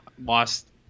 Lost